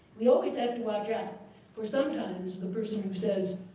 we always have to watch out for sometimes the person who says,